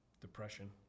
depression